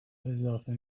اضافه